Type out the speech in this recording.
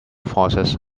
forces